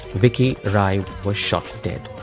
vicky ryan was shot dead